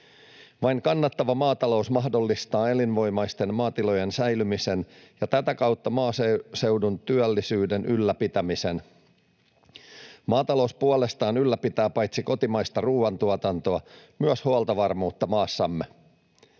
Vain kannattava maatalous mahdollistaa elinvoimaisten maatilojen säilymisen ja tätä kautta maaseudun työllisyyden ylläpitämisen. Maatalous puolestaan ylläpitää paitsi kotimaista ruoantuotantoa myös huoltovarmuutta maassamme.